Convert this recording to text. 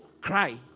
Cry